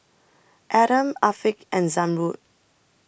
Adam Afiq and Zamrud